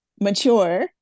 mature